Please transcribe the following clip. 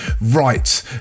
Right